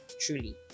truly